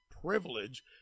privilege